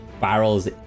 barrels